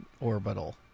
orbital